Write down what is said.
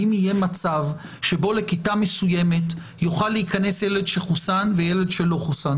האם יהיה מצב שבו לכיתה מסוימת יוכל להיכנס ילד שחוסן וילד שלא חוסן.